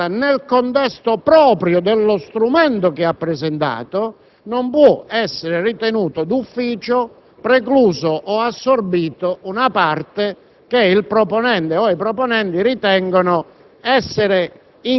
valutata nel contesto proprio dello strumento presentato, essa non può essere ritenuta d'ufficio preclusa o assorbita. Ciò perché il proponente o i proponenti ritengono